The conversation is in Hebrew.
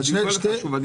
אני